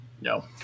No